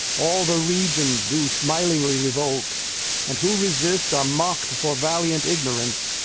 all the regions do smilingly revolt and who resists are mock'd for valiant ignorance,